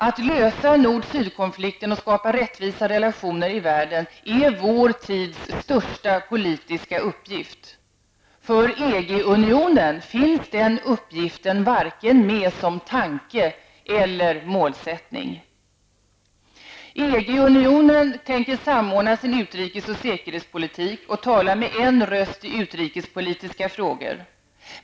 Att lösa nord--syd-konflikten och skapa rättvisa relationer i världen är vår tids största politiska uppgift. För EG-unionen finns den uppgiften varken med som tanke eller målsättning. EG-unionen tänker samordna sin utrikes och säkerhetspolitik och tala med en röst i utrikespolitiska frågor.